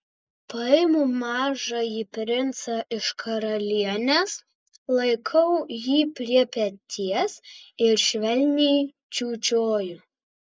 paimu mažąjį princą iš karalienės laikau jį prie peties ir švelniai čiūčiuoju